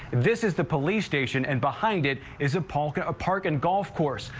this is the police station and behind it is appalled at a park in golf course,